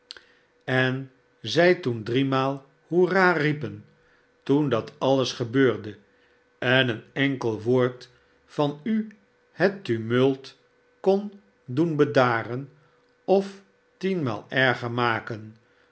en zij toen driemaal hoera riepen toen dat alles gebeurde en een enkel woord van u het tumult kondoen bedaren of tienmaal erger maken